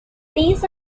these